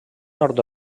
nord